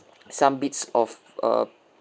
some bits of a